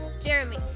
jeremy